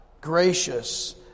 gracious